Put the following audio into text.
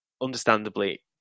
understandably